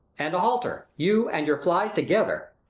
and a halter, you, and your flies together